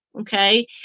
okay